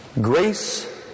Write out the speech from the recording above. Grace